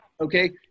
Okay